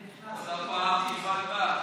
הייתי נכנס עם כרטיס,